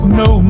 no